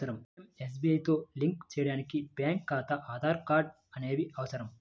పీయంఎస్బీఐతో లింక్ చేయడానికి బ్యేంకు ఖాతా, ఆధార్ కార్డ్ అనేవి అవసరం